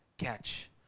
catch